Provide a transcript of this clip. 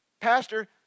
Pastor